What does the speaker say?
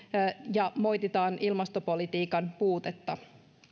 ja moititaan ilmastopolitiikan puutetta